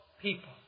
people